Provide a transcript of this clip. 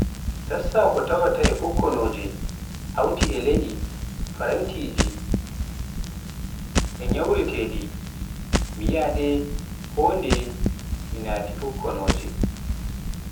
tassa ko tawaata e fukkonoje hawti e le'e, faranteeje, e nyaureteeɗi, myieea nde kondeye mi naati fukkonoje